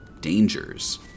dangers